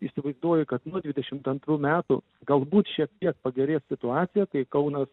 įsivaizduoji kad nuo dvidešimt antrų metų galbūt šiek tiek pagerės situacija kai kaunas